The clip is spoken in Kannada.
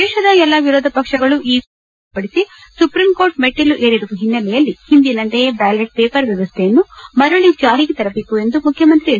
ದೇಶದ ಎಲ್ಲ ವಿರೋಧ ಪಕ್ಷಗಳು ಇವಿಎಂ ಬಗ್ಗೆ ಆತಂಕ ವ್ಯಕ್ತಪಡಿಸಿ ಸುಪ್ರೀಂಕೋರ್ಟ್ ಮೆಟ್ಟಿಲು ಏರಿರುವ ಹಿನ್ನೆಲೆಯಲ್ಲಿ ಹಿಂದಿನಂತೆಯೇ ಬ್ಯಾಲೆಟ್ ಪೇಪರ್ ವ್ಯವಸ್ಥೆಯನ್ನು ಮರಳಿ ಜಾರಿಗೆ ತರಬೇಕು ಎಂದು ಮುಖ್ಯಮಂತ್ರಿ ಎಚ್